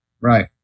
Right